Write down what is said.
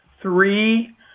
three